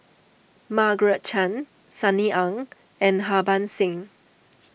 Margaret Chan Sunny Ang and Harbans Singh